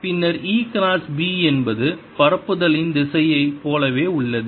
பின்னர் E cross B என்பது பரப்புதலின் திசையைப் போலவே உள்ளது